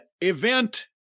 event